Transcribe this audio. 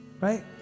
right